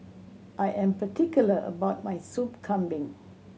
I am particular about my Sup Kambing